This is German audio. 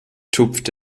tupft